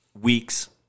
weeks